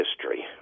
history